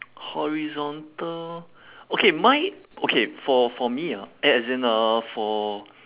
horizontal okay mine okay for for me ah as in uh for